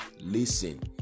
Listen